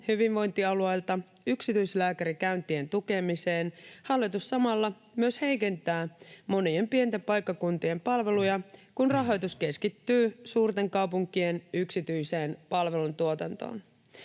hyvinvointialueilta yksityislääkärikäyntien tukemiseen hallitus samalla myös heikentää monien pienten paikkakuntien palveluja, kun rahoitus keskittyy suurten kaupunkien yksityiseen palvelutuotantoon.